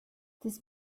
this